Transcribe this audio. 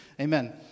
Amen